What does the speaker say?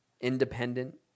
independent